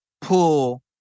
pull